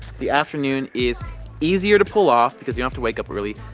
the afternoon is easier to pull off because you have to wake up early,